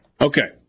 Okay